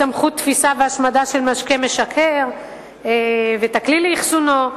סמכות תפיסה והשמדה של משקה משכר והכלי לאחסונו,